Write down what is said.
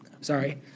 sorry